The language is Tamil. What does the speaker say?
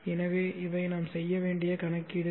எனவே இவை நாம் செய்ய வேண்டிய கணக்கீடுகள்